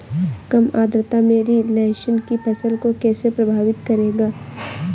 कम आर्द्रता मेरी लहसुन की फसल को कैसे प्रभावित करेगा?